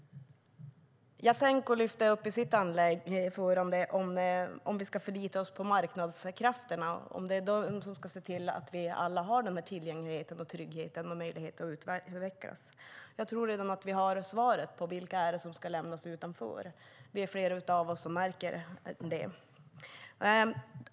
Jasenko lyfte upp huruvida vi ska förlita oss på marknadskrafterna och om det är de som ska se till att vi alla har tillgänglighet, trygghet och möjlighet att utvecklas. Jag tror redan att vi har svaret när det gäller vilka som ska lämnas utanför. Det är flera av oss som märker det.